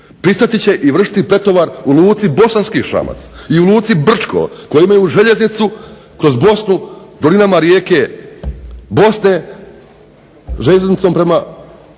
pristati će i vršiti pretovar u luci Bosanski Šamac i u luci Brčko koji imaju željeznicu kroz Bosnu dolinama rijeke Bosne, željeznicom prema